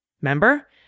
Remember